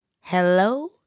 Hello